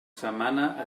setmana